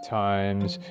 times